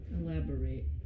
Elaborate